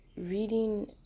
reading